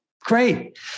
Great